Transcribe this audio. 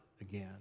again